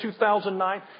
2009